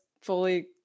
fully